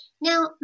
Now